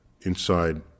inside